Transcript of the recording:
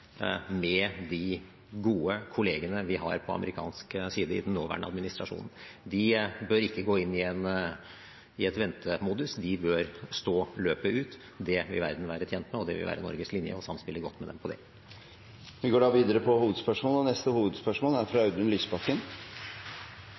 med de gode kollegene vi har på amerikanske side i den nåværende administrasjonen. De bør ikke gå inn i en ventemodus, de bør stå løpet ut. Det vil verden være tjent med, og det vil være Norges linje å samspille godt med dem på det. Vi går videre til neste hovedspørsmål.